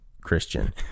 Christian